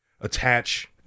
attach